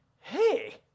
hey